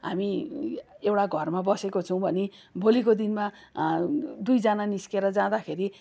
हामी एउटा घरमा बसेको छौँ भने भोलिको दिनमा दुईजना निस्केर जाँदाखेरि